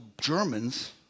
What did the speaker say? Germans